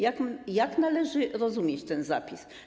Jak należy rozumieć ten zapis?